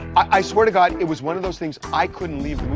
i swear to god, it was one of those things i couldn't leave